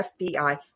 FBI